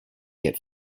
yet